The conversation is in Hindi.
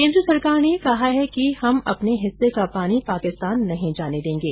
केन्द्र सरकार ने कहा है कि हम अपने हिस्से का पानी पाकिस्तान नहीं जाने देंगे